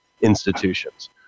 institutions